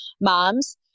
moms